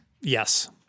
Yes